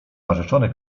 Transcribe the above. narzeczony